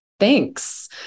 Thanks